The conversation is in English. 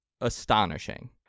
astonishing